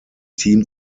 team